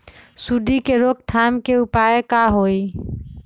सूंडी के रोक थाम के उपाय का होई?